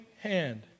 hand